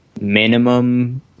minimum